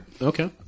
Okay